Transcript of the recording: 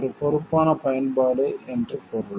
ஒரு பொறுப்பான பயன்பாடு என்று பொருள்